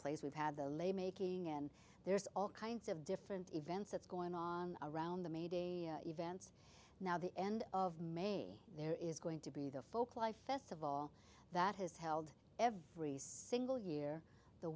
place we've had the late making in there's all kinds of different events that's going on around the made events now the end of may there is going to be the folklife festival that has held every single year the